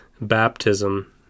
baptism